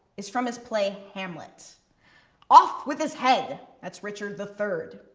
is from his play, hamlet off with his head! that's richard the third.